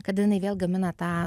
kada jinai vėl gamina tą